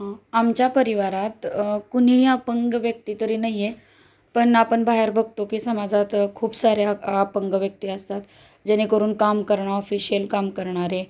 आमच्या परिवारात कुणीही अपंग व्यक्ती तरी नाही आहे पण आपण बाहेर बघतो की समाजात खूप साऱ्या अपंग व्यक्ती असतात जेणेकरून काम करणं ऑफिशिल काम करणारे